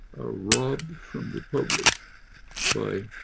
robbed from the public by